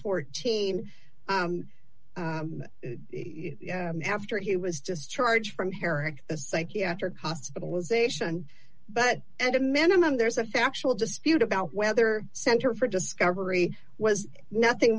fourteen after he was just charge from herrick psychiatric hospitalization but and a minimum there's a factual dispute about whether center for discovery was nothing